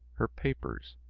her papers.